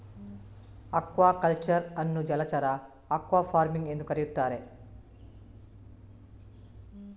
aquaculture ಅನ್ನು ಜಲಚರ aquafarming ಎಂದೂ ಕರೆಯುತ್ತಾರೆ